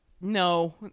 no